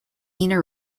ina